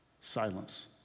Silence